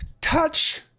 touch